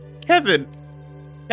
Kevin